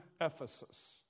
Ephesus